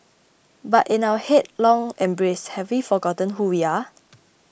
but in our headlong embrace have we forgotten who we are